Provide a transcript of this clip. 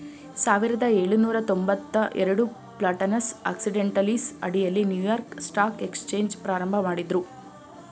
ಸಾವಿರದ ಏಳುನೂರ ತೊಂಬತ್ತಎರಡು ಪ್ಲಾಟಾನಸ್ ಆಕ್ಸಿಡೆಂಟಲೀಸ್ ಅಡಿಯಲ್ಲಿ ನ್ಯೂಯಾರ್ಕ್ ಸ್ಟಾಕ್ ಎಕ್ಸ್ಚೇಂಜ್ ಪ್ರಾರಂಭಮಾಡಿದ್ರು